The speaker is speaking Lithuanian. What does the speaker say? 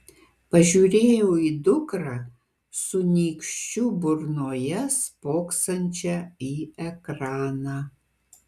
pažiūrėjau į dukrą su nykščiu burnoje spoksančią į ekraną